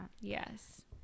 Yes